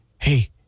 hey